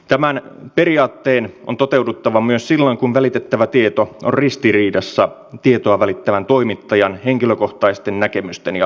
tämän periaatteen on toteuduttava myös silloin kun välitettävä tieto on ristiriidassa tietoa välittävän toimittajan henkilökohtaisten näkemysten ja asenteiden kanssa